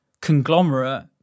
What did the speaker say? conglomerate